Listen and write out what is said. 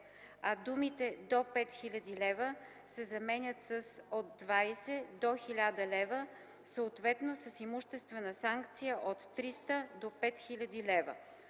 а думите „до 5000 лв.” се заменят с „от 20 до 1000 лв., съответно с имуществена санкция от 300 до 5000 лв.”